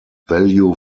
value